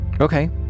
Okay